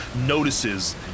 notices